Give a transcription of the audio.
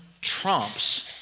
trumps